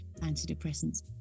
antidepressants